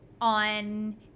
on